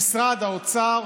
הוא עובד אצל השר.